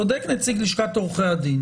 צודק נציג לשכת עורכי הדין